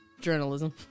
Journalism